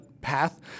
path